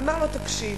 אמר לו: תקשיב,